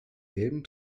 gelben